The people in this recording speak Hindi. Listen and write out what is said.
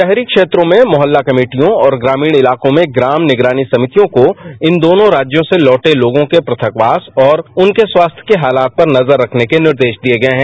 प्रोमो मोहल्ला कर्मेटियों और ग्रामीण क्षेत्रों में ग्राम निगरानी समितियों को इन दोनों राज्यों से लौटे लोगों के प्रथक वास और उनके स्वास्थ्य के हालात पर नजर रखने के निर्देश दिए गए हैं